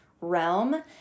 realm